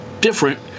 different